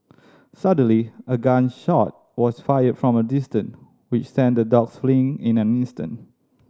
suddenly a gun shot was fired from a distance which sent the dogs fleeing in an instant